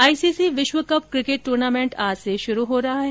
ICC विश्व cup cricket tournament आज से शुरू हो रहा है